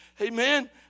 Amen